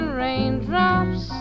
raindrops